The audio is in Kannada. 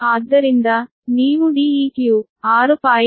ಆದ್ದರಿಂದ ನೀವು Deq 6